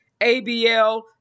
ABL